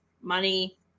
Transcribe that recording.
money